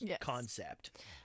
concept